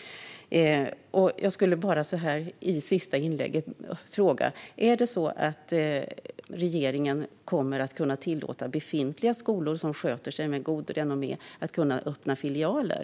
Jag skulle bara så här i sista inlägget vilja fråga: Kommer regeringen att tillåta befintliga skolor som sköter sig och har gott renommé att öppna filialer?